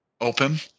open